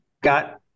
got